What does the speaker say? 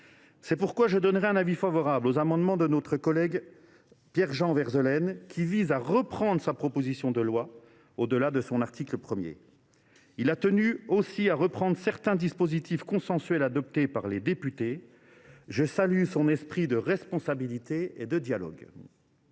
C’est pourquoi j’émettrai un avis favorable sur les amendements de notre collègue Pierre Jean Verzelen, qui visent à reprendre sa proposition de loi, au delà de son seul article 1. Il a tenu aussi à introduire certains dispositifs consensuels adoptés par les députés : je salue son esprit de responsabilité et de dialogue.